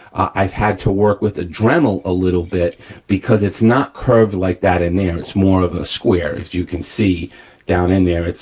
i've had to work with a dremel a little bit because it's not curved like that in there, it's more of a square if you can see down in there,